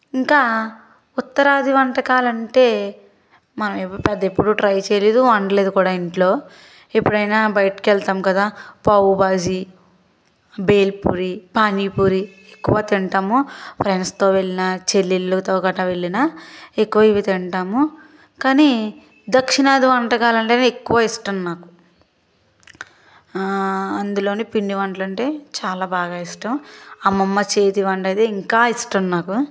ఇంకా ఉత్తరాది వంటకాలు అంటే మనం పెద్ద ఎప్పుడు ట్రై చేయలేదు వండలేదు కూడా ఇంట్లో ఎప్పుడైనా బయటికి వెళ్తాం కదా పావు బాజీ భేల్ పూరి పానీపూరి ఎక్కువ తింటాము ఫ్రెండ్స్తో వెళ్లిన చెల్లిలతో కట్ట వెళ్లిన ఎక్కువ ఇవి తింటాము కానీ దక్షిణాది వంటకాలు అంటేనే ఎక్కువ ఇష్టం నాకు అందులోని పిండి వంటలు అంటే చాలా బాగా ఇష్టం అమ్మమ్మ చేతి వంట అయితే ఇంకా ఇష్టం నాకు